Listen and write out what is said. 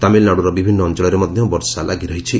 ତାମିଲନାଡ଼ୁର ବିଭିନ୍ନ ଅଞ୍ଚଳରେ ମଧ୍ୟ ବର୍ଷା ଲାଗିରହିଛି